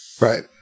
Right